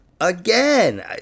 again